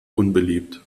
unbeliebt